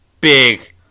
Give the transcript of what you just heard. big